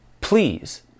Please